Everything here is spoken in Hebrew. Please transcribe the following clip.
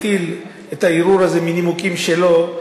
הטיל את הערעור הזה מנימוקים שלו.